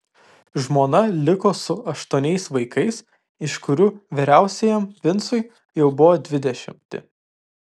žmona liko su aštuoniais vaikais iš kurių vyriausiajam vincui jau buvo dvidešimti